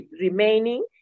remaining